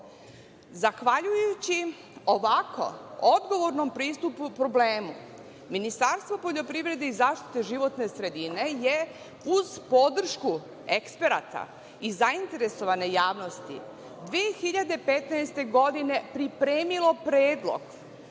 4,8%.Zahvaljujući ovako odgovornom pristupu problemu, Ministarstvo poljoprivrede i zaštite životne sredine je uz podršku eksperata i zainteresovane javnosti 2015. godine pripremilo predlog